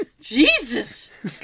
Jesus